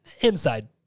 Inside